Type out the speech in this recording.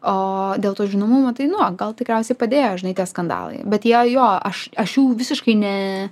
o dėl to žinomumo tai nu va gal tikriausiai padėjo žinai tie skandalai bet jie jo aš aš jų visiškai ne